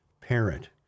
parent